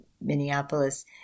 Minneapolis